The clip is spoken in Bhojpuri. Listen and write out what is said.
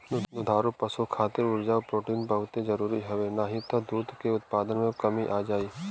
दुधारू पशु खातिर उर्जा, प्रोटीन बहुते जरुरी हवे नाही त दूध के उत्पादन में कमी आ जाई